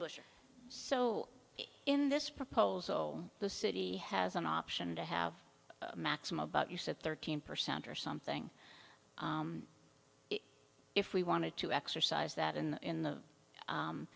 bush so in this proposal the city has an option to have maxima but you said thirteen percent or something if we wanted to exercise that in in the